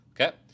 Okay